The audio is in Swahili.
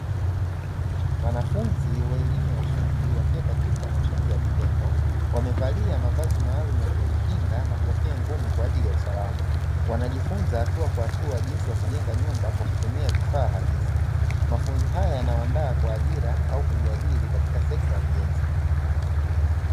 Wanafunzi wa elimu ya ufundi wakiwa katika mafunzo ya vitendo wamevalia mavazi maalumu ya kujikinga na kofia ngumu kwa ajili ya usalama, wanajifunza hatua kwa hatua jinsi ya kujenga nyumba kwa kutumia vifaa halisi mafunzo haya yanawaandaa kwa ajira au kujiajiri katika sekta ya ujenzi.